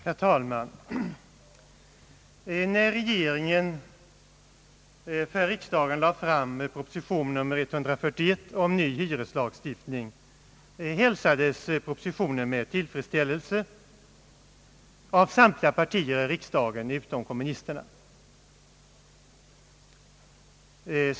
Herr talman! När regeringen för riksdagen lade fram proposition nr 141 om ny hyreslagstiftning hälsades propositionen med tillfredsställelse av samtliga partier i riksdagen, utom kommunisterna.